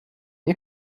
nie